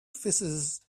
physicists